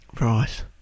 right